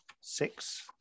six